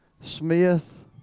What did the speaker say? Smith